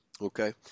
Okay